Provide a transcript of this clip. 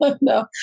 No